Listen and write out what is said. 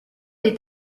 est